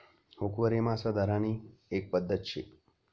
हुकवरी मासा धरानी एक पध्दत शे